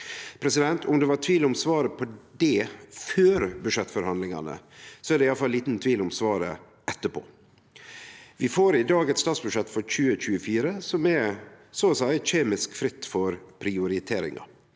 vere? Om det var tvil om svaret på det før budsjettforhandlingane, er det iallfall liten tvil om svaret etterpå. Vi får i dag eit statsbudsjett for 2024 som er så å seie kjemisk fritt for prioriteringar,